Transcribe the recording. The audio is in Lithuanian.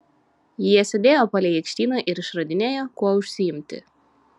jie sėdėjo palei aikštyną ir išradinėjo kuo užsiimti